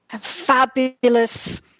fabulous